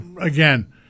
again